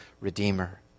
Redeemer